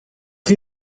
chi